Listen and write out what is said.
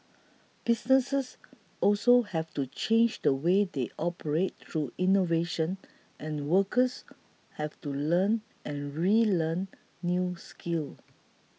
businesses also have to change the way they operate through innovation and workers have to learn and relearn new skills